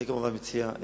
אני כמובן מציע,